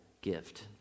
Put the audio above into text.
gift